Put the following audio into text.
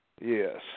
Yes